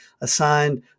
assigned